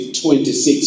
26